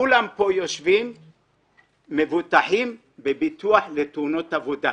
כולם פה יושבים מבוטחים בביטוח לתאונות עבודה.